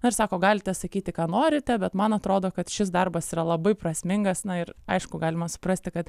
na ir sako galite sakyti ką norite bet man atrodo kad šis darbas yra labai prasmingas na ir aišku galima suprasti kad